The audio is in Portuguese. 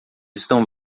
estão